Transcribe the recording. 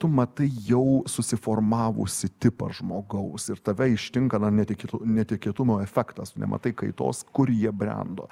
tu matai jau susiformavusį tipą žmogaus ir tave ištinka na netikė netikėtumo efektas tu nematai kaitos kur jie brendo